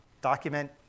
Document